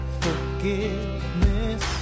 forgiveness